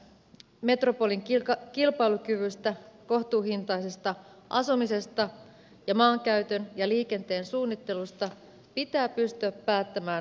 metropolin kilpailukyvystä kohtuuhintaisesta asumisesta ja maankäytön ja liikenteen suunnittelusta pitää pystyä päättämään seudullisella tasolla